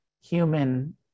human